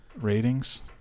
ratings